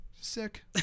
sick